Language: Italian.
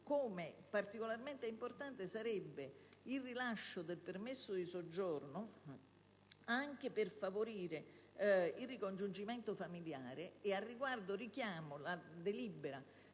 Particolarmente importante sarebbe altresì il rilascio del permesso di soggiorno anche per favorire il ricongiungimento familiare. Al riguardo richiamo la